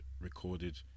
recorded